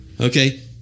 Okay